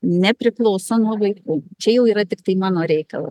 nepriklauso nuo vaikų čia jau yra tiktai mano reikalas